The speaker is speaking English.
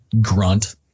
grunt